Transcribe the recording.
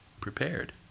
prepared